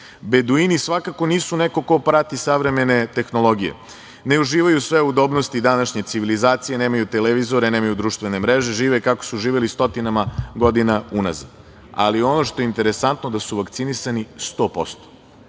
Beduini svakako nisu neko ko prati savremene tehnologije, ne uživaju sve udobnosti današnje civilizacije, nemaju televizore, nemaju društvene mreže, žive kako su živeli stotinama godina unazad. Ali, ono što je interesantno da su vakcinisani 100%,